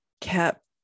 kept